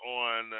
on